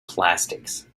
plastics